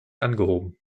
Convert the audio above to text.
angehoben